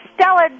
Stella